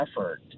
effort